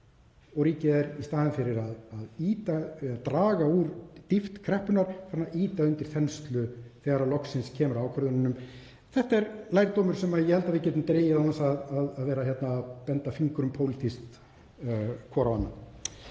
og ríkið er í staðinn fyrir að draga úr dýpt kreppunnar farið að ýta undir þenslu, þegar loksins kemur að ákvörðununum. Þetta er lærdómur sem við getum dregið án þess að vera að benda fingrum pólitískt hvor